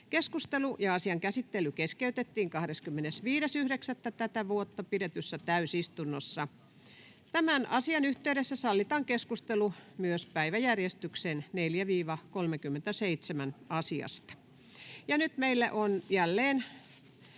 Keskustelu ja asian käsittely keskeytettiin 25.9.2024 pidetyssä täysistunnossa. Tämän asian yhteydessä sallitaan keskustelu myös päiväjärjestyksen 4.—37. asiasta. Ja nyt meillä on jälleen